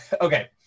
okay